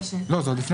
לא, זה עוד לפני.